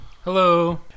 Hello